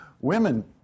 women